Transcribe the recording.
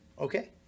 Okay